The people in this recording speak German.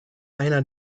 einer